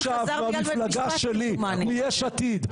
יש עתיד,